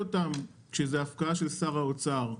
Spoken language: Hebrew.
כשזו הפקעה של שר האוצר,